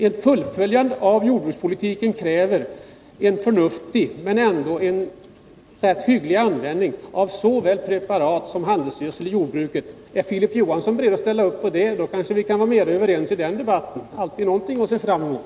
Ett fullföljande av jordbrukspolitiken kräver en förnuftig användning av såväl preparat som handelsgödsel i jordbruket. Är Filip Johansson beredd att ställa upp för en sådan inriktning, kan vi kanske vara mera överens i den debatten. Det är alltid något att se fram emot.